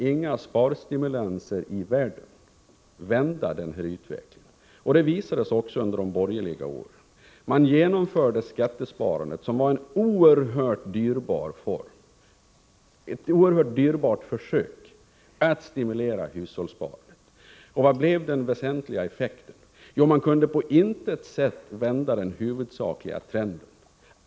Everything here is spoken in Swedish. Inga sparstimulanser i världen kan vända den utvecklingen. Det visade sig också under de borgerliga åren. Man genomförde skattesparandet, som var ett oerhört dyrbart försök att stimulera hushållssparandet. Och vilken blev den väsentliga effekten? Jo, man kunde på intet sätt vända den huvudsakliga trenden.